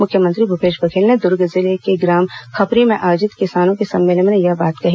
मुख्यमंत्री भूपेश बघेल ने दुर्ग जिले के ग्राम खपरी में आयोजित किसानों के सम्मेलन में यह बात कही